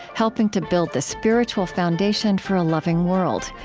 helping to build the spiritual foundation for a loving world.